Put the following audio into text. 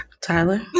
Tyler